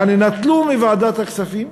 יעני, נטלו מוועדת הכספים,